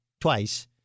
twice